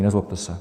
Nezlobte se.